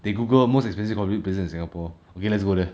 they google most expensive already present singapore okay let's go there